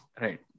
right